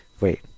Wait